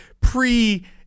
pre